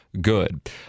Good